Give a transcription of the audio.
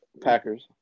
Packers